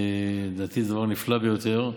ולדעתי זה דבר נפלא ביותר,